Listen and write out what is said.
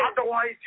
Otherwise